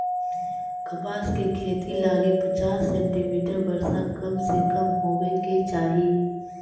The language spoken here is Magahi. कपास के खेती लगी पचास सेंटीमीटर वर्षा कम से कम होवे के चाही